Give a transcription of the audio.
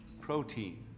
protein